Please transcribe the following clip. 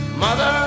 Mother